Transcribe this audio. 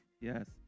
Yes